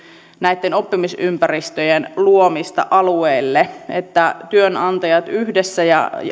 näitten oppimisympäristöjen luomista alueelle että työnantajat ja